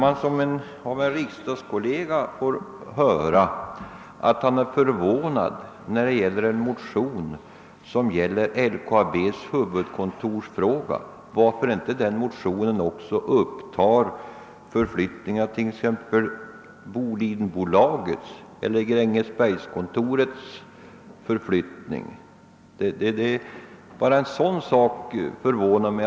Jag är mycket förvånad över att en riksdagskollega undrar varför vi inte i motionen också tagit upp spörsmålet om förflyttning av Bolidenbolagets eller Grängesbergsbolagets kontor.